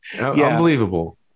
Unbelievable